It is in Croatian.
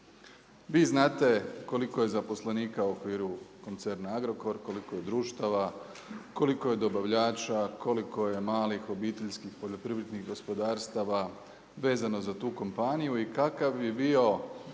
Vi znate koliko je zaposlenika u okvira koncerna Agrokor, koliko je društava, koliko je dobavljača, koliko je malih OPG-a vezano za tu kompaniju i kakav bi bio